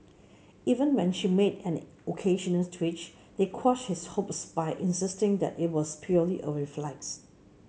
even when she made an occasional twitch they quashed his hopes by insisting that it was purely a reflex